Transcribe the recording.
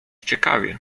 ciekawie